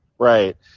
Right